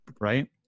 right